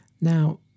Now